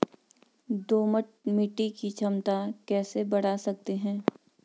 दोमट मिट्टी की क्षमता कैसे बड़ा सकते हैं?